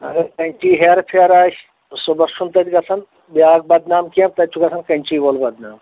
اگر کَنچی ہیرٕ پھیرٕ آسہِ صُبَحس چھُنہٕ تَتہِ گژھان بیٛاکھ بَدنام کیٚنٛہہ تَتہِ چھُ گژھان کَنچی وول بَدنام